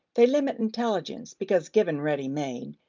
they limit intelligence because, given ready-made,